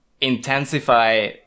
intensify